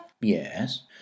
Yes